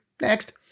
Next